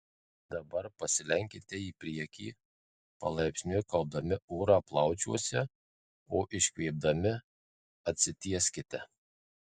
dabar pasilenkite į priekį palaipsniui kaupdami orą plaučiuose o iškvėpdami atsitieskite